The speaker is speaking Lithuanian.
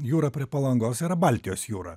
jūra prie palangos yra baltijos jūra